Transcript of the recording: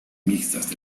mixtas